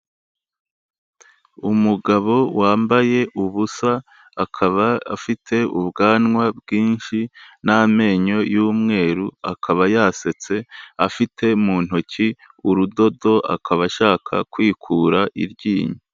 Umugabo wambaye ubusa akaba afite ubwanwa bwinshi n'amenyo y'umweru, akaba yasetse afite mu ntoki urudodo akaba ashaka kwikura iryinyo.